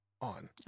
on